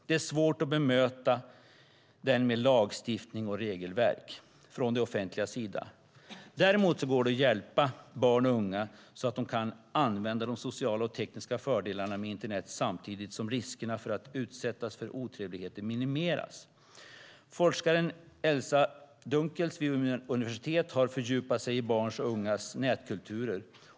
Det är svårt att bemöta den med lagstiftning och regelverk från det offentligas sida. Däremot går det att hjälpa barn och unga så att de kan använda de sociala och tekniska fördelarna med internet samtidigt som riskerna för att utsättas för otrevligheter minimeras. Forskaren Elza Dunkels vid Umeå universitet har fördjupat sig i barns och ungas nätkulturer.